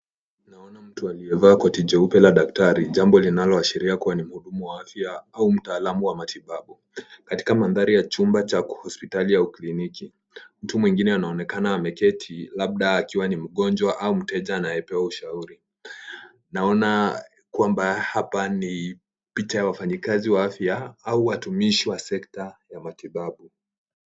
Naona mtu aliyevaa koti jeupe la daktari, jambo linaloashiria kuwa ni mhudumu wa afya au mtaalamu wa matibabu, katika mandhari ya chumba cha hospitali au kliniki. Mtu mwingine anaonekana ameketi labda akiwa ni mgonjwa au mteja anayepewa ushauri. Naona kwamba hapa ni picha ya wafanyikazi wa afya au watumishi wa sekta ya matibabu.